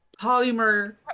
polymer